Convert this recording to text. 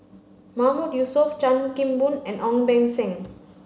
Mahmood Yusof Chan Kim Boon and Ong Beng Seng